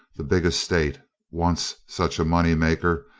the big estate, once such a money-maker,